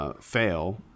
Fail